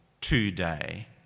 today